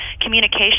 communication